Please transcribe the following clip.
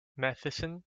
matheson